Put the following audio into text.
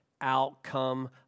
outcome